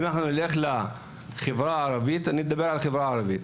אם נלך לחברה הערבית ואדבר על החברה הערבית,